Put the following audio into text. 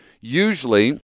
Usually